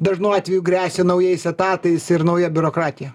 dažnu atveju gresia naujais etatais ir nauja biurokratija